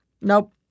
Nope